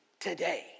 today